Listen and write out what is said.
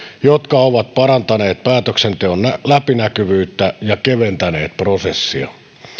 jotka ovat parantaneet päätöksenteon läpinäkyvyyttä ja keventäneet prosessia